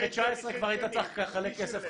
ב-19' אתה כבר היית צריך לחלק כסף חדש.